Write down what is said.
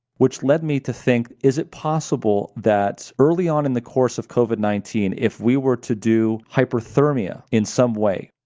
which led me to think, is it possible that early on in the course of covid nineteen, if we were to do hyperthermia in some way,